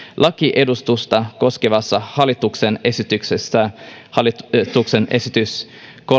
lakiedustusta koskevassa hallituksen esityksessä hallituksen esityksessä